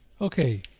Okay